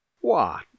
What